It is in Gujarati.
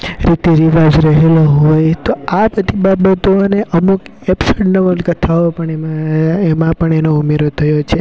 રીતિરિવાજ રહેલા હોય તો આ બધી બાબતો અને અમુક એપ્સન્ટ નવલકથાઓ પણ એમાં એમાં પણ એનો ઉમેરો થયો છે